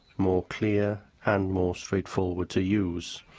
more clear and more straightforward to use.